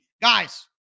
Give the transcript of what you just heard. Guys